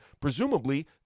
Presumably